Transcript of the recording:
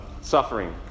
suffering